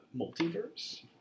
multiverse